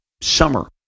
summer